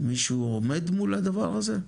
מישהו עומד מול הדבר הזה?